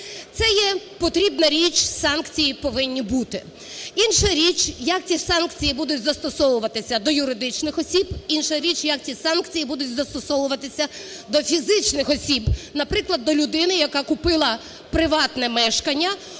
це є потрібна річ, санкції повинні бути. Інша річ, як ці санкції будуть застосовуватись до юридичних осіб, інша річ, як ці санкції будуть застосовуватися до фізичних осіб, наприклад, до людини, яка купила приватне мешкання